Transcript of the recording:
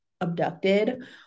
abducted